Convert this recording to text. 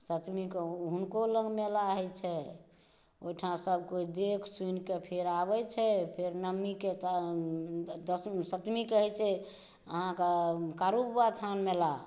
सतमीके हुनको लग मेला होइ छै ओहिठाम सभ कुछ देख सुनिकऽ फेर आबै छै फेर नओमी के तऽ सतमीके होइ छै अहाँके क़ारूबाबा स्थान मेला